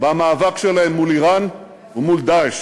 במאבק שלהן מול איראן ומול "דאעש".